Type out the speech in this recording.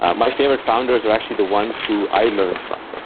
ah my favorite founders are actually the ones who i learned from.